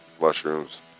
mushrooms